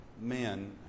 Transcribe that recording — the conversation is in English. men